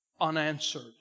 unanswered